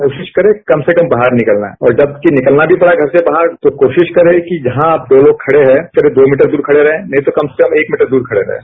कोशिश करे कम से कम बाहर निकलना और जबकि निकलना भी पड़ा घर से बाहर तो कोशिश करें कि जहां आप दो लोग खड़े हैं करीब दो मीटर दूर खड़े रहें नहीं तो कम से कम एक मीटर दूर खड़े रहें